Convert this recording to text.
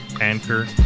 Anchor